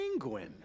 penguin